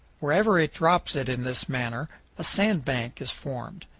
wherever it drops it in this manner a sand bank is formed.